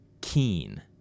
keen